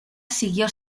siguió